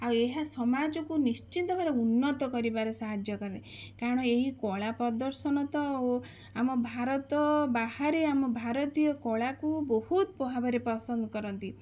ଆଉ ଏହା ସମାଜକୁ ନିଶ୍ଚିନ୍ତ ଭାବରେ ଉନ୍ନତ କରିବାରେ ସାହାଯ୍ୟ କରେ କାରଣ ଏହି କଳା ପ୍ରଦର୍ଶନ ତ ଓ ଆମ ଭାରତ ବାହାରେ ଆମ ଭାରତୀୟ କଳାକୁ ବହୁତ ଭାବରେ ପସନ୍ଦ କରନ୍ତି